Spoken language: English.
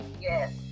yes